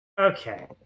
Okay